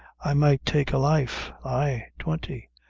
i might take a life ay, twenty,